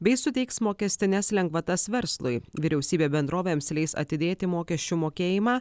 bei suteiks mokestines lengvatas verslui vyriausybė bendrovėms leis atidėti mokesčių mokėjimą